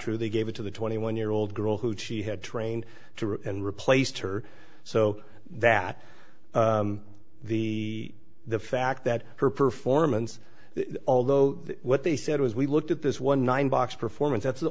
true they gave it to the twenty one year old girl who she had trained to and replaced her so that the the fact that her performance although what they said was we looked at this one thousand box performance that's the